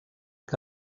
que